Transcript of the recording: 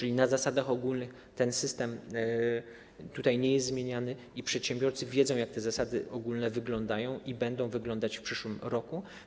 A więc na zasadach ogólnych ten system nie jest tutaj zmieniany i przedsiębiorcy wiedzą, jak te zasady ogólne wyglądają i będą wyglądać w przyszłym roku.